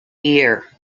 year